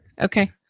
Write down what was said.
Okay